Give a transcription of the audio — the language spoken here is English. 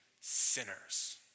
sinners